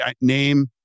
name